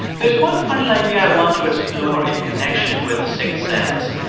there's one final idea i want to explore in connection with the sixth sense.